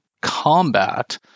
combat